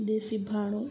દેશી ભાણું